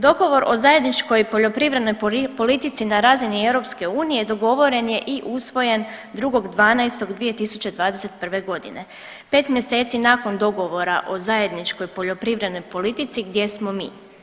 Dogovor o zajedničkoj poljoprivrednoj politici na razini EU dogovoren je i usvojen 2.12.2021.g., 5 mjeseci nakon dogovora o zajedničkoj poljoprivrednoj politici gdje smo mi?